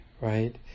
right